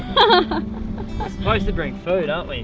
but suppose to bring food, aren't we?